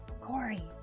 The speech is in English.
Corey